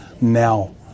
now